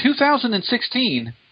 2016